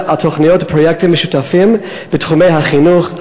על תוכניות ופרויקטים משותפים בתחומי החינוך,